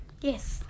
Yes